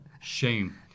Shame